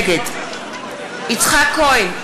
נגד יצחק כהן,